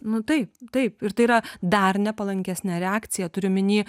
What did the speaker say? nu taip taip ir tai yra dar nepalankesnė reakcija turiu omeny